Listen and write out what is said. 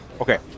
Okay